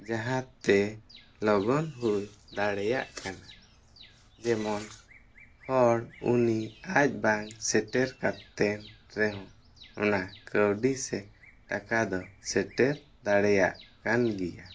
ᱡᱟᱦᱟᱛᱮ ᱞᱚᱜᱚᱱ ᱦᱩᱭ ᱫᱟᱲᱮᱭᱟᱜ ᱠᱟᱱᱟ ᱡᱮᱢᱚᱱ ᱦᱚᱲ ᱩᱱᱤ ᱟᱡ ᱵᱟᱝ ᱥᱮᱴᱮᱨ ᱠᱟᱛᱮᱱ ᱨᱮᱦᱚᱸ ᱚᱱᱟ ᱠᱟᱹᱣᱰᱤ ᱥᱮ ᱴᱟᱠᱟ ᱫᱚ ᱥᱮᱴᱮᱨ ᱫᱟᱲᱮᱭᱟᱜ ᱠᱟᱱᱜᱮᱭᱟ